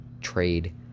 trade